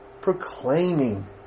proclaiming